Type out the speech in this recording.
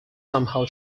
somehow